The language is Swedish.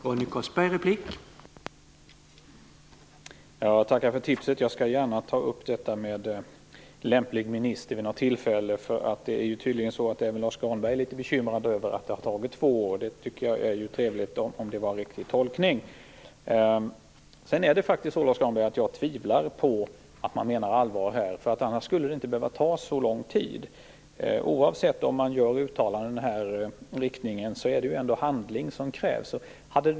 Herr talman! Jag tackar för tipset. Jag skall gärna ta upp detta med lämplig minister vid något tillfälle. Tydligen är även Lars U Granberg litet bekymrad över att det har tagit två år. Det tycker jag är trevligt, om det nu var en riktig tolkning. Sedan är det faktiskt så, Lars U Granberg, att jag tvivlar på att man menar allvar här. I så fall skulle det inte behöva ta så lång tid. Oavsett om man gör uttalanden i den här riktningen är det ändå handling som krävs.